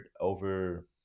over